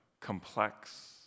complex